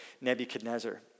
Nebuchadnezzar